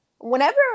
whenever